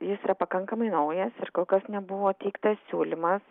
jis yra pakankamai naujas ir kol kas nebuvo teiktas siūlymas